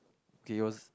okay yours